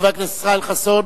חבר הכנסת ישראל חסון,